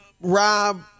Rob